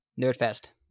Nerdfest